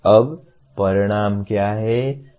अब परिणाम क्या है